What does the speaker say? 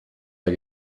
der